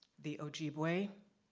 the ojibwe,